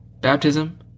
baptism